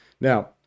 now